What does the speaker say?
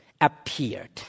appeared